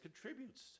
contributes